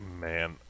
Man